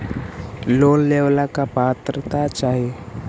Loan लेवेला का पात्रता चाही?